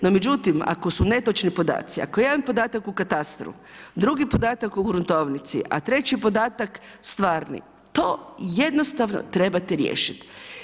No međutim, ako su netočni podaci, ako je jedan podatak u katastru, drugi podatak u gruntovnici, a treći podatak stvarni to jednostavno trebate riješiti.